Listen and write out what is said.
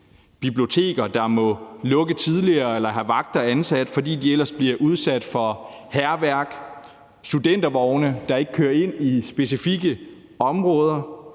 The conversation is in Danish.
biblioteker, der må lukke tidligere eller have vagter ansat, fordi de ellers bliver udsat for hærværk. Det ser vi med studentervogne, der ikke kører ind i specifikke områder.